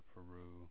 Peru